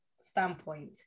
standpoint